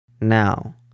Now